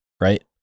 Right